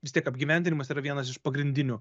vis tiek apgyvendinimas yra vienas iš pagrindinių